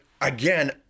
again